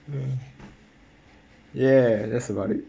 ya that's about it